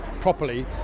properly